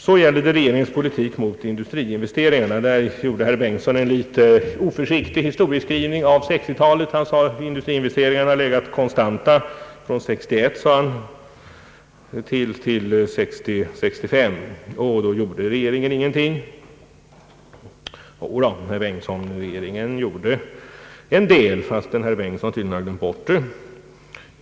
Så gäller det regeringens politik i fråga om industriinvesteringarna. Där gjorde herr Bengtson en oförsiktig historieskrivning när det gäller 1960 talet. Han sade att industriinvesteringarna har legat konstanta från 1961 till 1965, och då gjorde regeringen ingenting. Jo, herr Bengtson, regeringen gjorde en del, fastän herr Bengtson tydligen har glömt bort det.